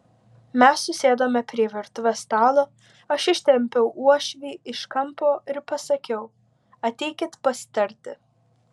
mes susėdome prie virtuvės stalo aš ištempiau uošvį iš kampo ir pasakiau ateikit pasitarti